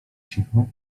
cicho